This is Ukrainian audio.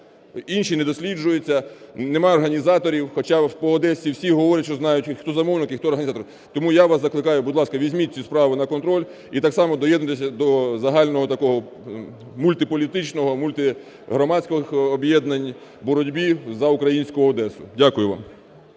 Інші не досліджуються, немає організаторів, хоча по Одесі всі говорять, що знають, і хто замовник і хто організатор. Тому я вас закликаю, будь ласка, візьміть цю справу на контроль і так само доєднуйтеся до загального такого мультиполітичних, мультигромадських об'єднань у боротьбі за українську Одесу. Дякую вам.